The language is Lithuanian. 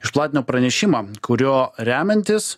išplatino pranešimą kuriuo remiantis